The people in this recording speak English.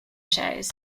shows